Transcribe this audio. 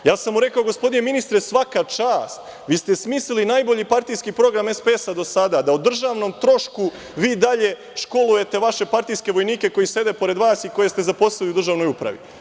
Rekao sam mu – gospodine ministre, svaka čast, vi ste smislili najbolji partijski program SPS do sada, da o državnom trošku vi dalje školujete vaše partijske vojnike koji sede pored vas i koje ste zaposlili u državnoj upravi.